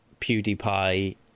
PewDiePie